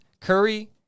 Curry